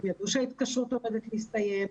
הם ידעו שההתקשרות עומדת להסתיים.